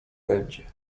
będzie